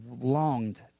longed